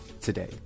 today